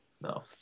No